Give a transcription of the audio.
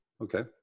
Okay